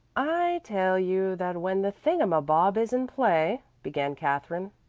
i tell you that when the thing-um-bob is in play, began katherine.